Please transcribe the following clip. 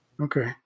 Okay